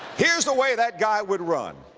here's the way that guy would run.